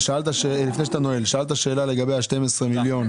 שאלת לגבי ה-12 מיליון.